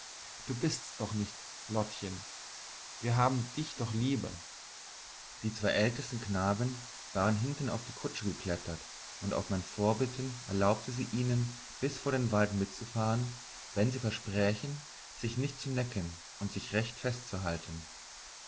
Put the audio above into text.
du bist's doch nicht lottchen wir haben dich doch lieber die zwei ältesten knaben waren hinten auf die kutsche geklettert und auf mein vorbitten erlaubte sie ihnen bis vor den wald mitzufahren wenn sie versprächen sich nicht zu necken und sich recht festzuhalten